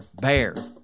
BEAR